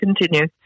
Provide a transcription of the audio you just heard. Continue